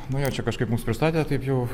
nu jo čia kažkaip mus pristatė taip jau